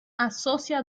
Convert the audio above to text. asocia